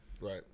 Right